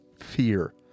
fear